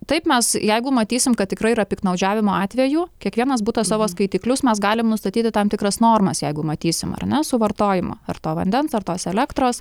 taip mes jeigu matysim kad tikrai yra piktnaudžiavimo atvejų kiekvienas butas savo skaitiklius mes galim nustatyti tam tikras normas jeigu matysim ar ne suvartojimo ar to vandens ar tos elektros